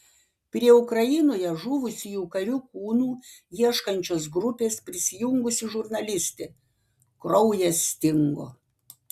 prie ukrainoje žuvusių karių kūnų ieškančios grupės prisijungusi žurnalistė kraujas stingo